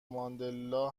ماندلا